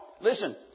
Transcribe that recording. Listen